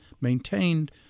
maintained